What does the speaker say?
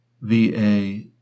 VA